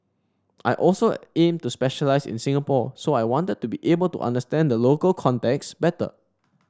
I also aim to specialise in Singapore so I wanted to be able to understand the local context better